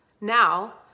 Now